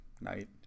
night